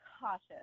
cautious